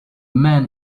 man